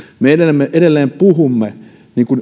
me edelleen puhumme